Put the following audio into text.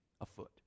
afoot